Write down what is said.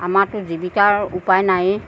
আমাৰতো জীৱিকাৰ উপায় নাইয়ে